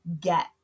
get